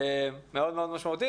שזה מאוד מאוד משמעותי.